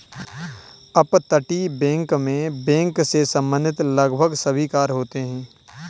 अपतटीय बैंक मैं बैंक से संबंधित लगभग सभी कार्य होते हैं